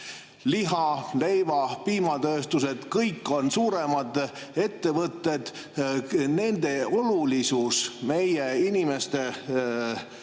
liha‑, leiva‑, piimatööstus – kõik need on suuremad ettevõtted. Nende olulisus meie inimeste